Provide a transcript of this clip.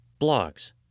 blogs